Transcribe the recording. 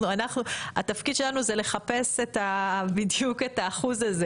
התפקיד שלנו הוא לחפש בדיוק את האחוז הזה